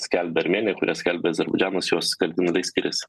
skelbia armėnija kurias skelbia azerbaidžanas jos kardinaliai skiriasi